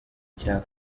cya